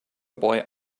boy